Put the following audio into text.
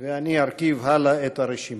ואני ארכיב הלאה את הרשימה.